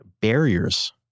barriers